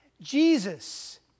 Jesus